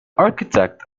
architect